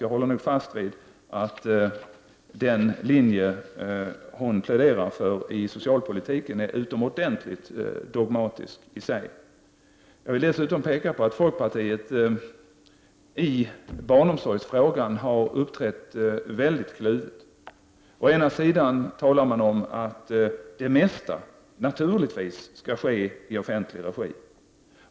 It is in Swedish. Jag håller fast vid att den linje hon pläderar för i socialpolitiken i sig är utomordentligt dogmatisk. Jag vill dessutom peka på att folkpartiet i barnomsorgsfrågan har uppträtt väldigt kluvet. Å ena sidan talar man om att det mesta naturligtvis skall ske i offentlig regi.